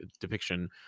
depiction